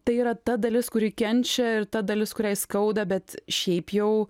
tai yra ta dalis kuri kenčia ir ta dalis kuriai skauda bet šiaip jau